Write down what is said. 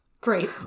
Great